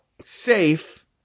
safe